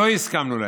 לא הסכמנו להן.